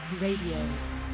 Radio